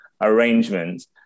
arrangements